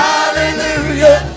Hallelujah